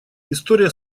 история